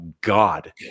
God